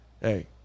Hey